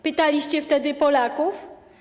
Pytaliście wtedy Polaków?